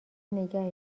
نگه